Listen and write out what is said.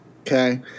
okay